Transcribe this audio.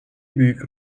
büyük